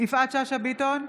יפעת שאשא ביטון,